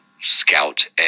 scout